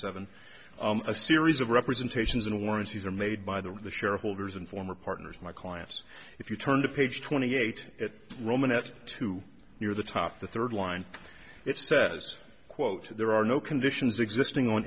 seven a series of representations and warranties are made by the the shareholders and former partners my clients if you turn to page twenty eight it roman at two near the top the third line it says quote there are no conditions existing on